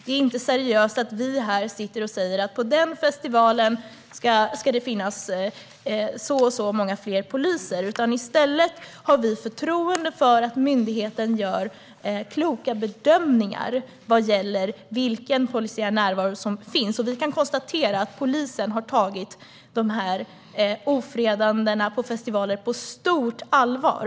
Det är inte seriöst att vi säger hur många poliser det ska vara på den eller den festivalen. Vi har förtroende för att myndigheten gör kloka bedömningar vad gäller vilken polisiär närvaro som behövs. Polisen har tagit ofredandena på festivaler på stort allvar.